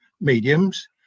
mediums